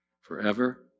forever